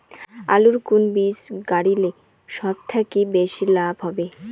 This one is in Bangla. আলুর কুন বীজ গারিলে সব থাকি বেশি লাভ হবে?